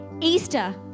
Easter